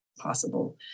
possible